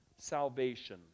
salvation